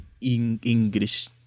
English